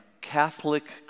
catholic